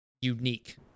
unique